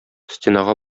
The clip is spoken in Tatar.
стенага